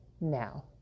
now